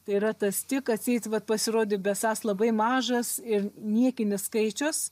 tai yra tas tik atseit vat pasirodė beesąs labai mažas ir niekinis skaičius